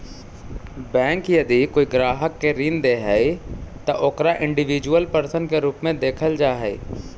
bank यदि कोई ग्राहक के ऋण दे हइ त ओकरा इंडिविजुअल पर्सन के रूप में देखल जा हइ